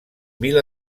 mil